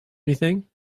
anything